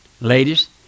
Ladies